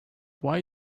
why